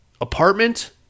apartment